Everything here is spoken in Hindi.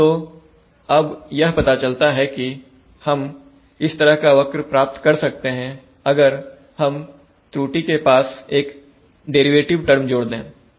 तो अब यह पता चलता है कि हम इस तरह का वक्र प्राप्त कर सकते हैं अगर हम त्रुटि के पास एक डेरिवेटिव टर्म जोड़ दें